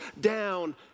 down